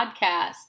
Podcast